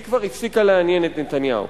היא כבר הפסיקה לעניין את נתניהו.